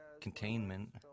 containment